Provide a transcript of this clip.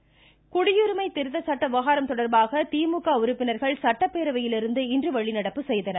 வெளிநடப்பு குடியுரிமை திருத்த சட்ட விவகாரம் தொடர்பாக திமுக உறுப்பினர்கள் சட்டப்பேரவையிலிருந்து இன்று வெளிநடப்பு செய்தனர்